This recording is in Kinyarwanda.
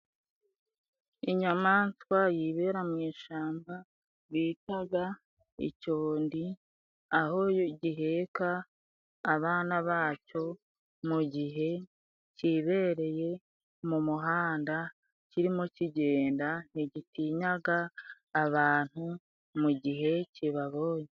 Inyamaswa yibera mu ishyamba bita icyondi, aho giheka abana bacyo, mu gihe kibereye mu muhanda kirimo kigenda, nti gitinya abantu mu gihe kibabonye.